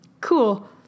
Cool